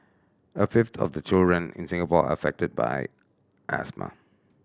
a fifth of the children in Singapore are affected by asthma